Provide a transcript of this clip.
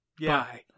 bye